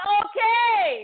okay